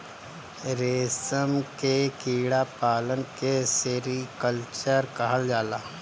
रेशम के कीड़ा पालन के सेरीकल्चर कहल जाला